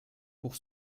pour